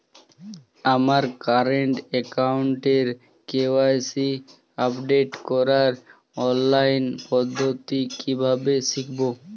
আমার কারেন্ট অ্যাকাউন্টের KYC update করার অনলাইন পদ্ধতি কীভাবে শিখব?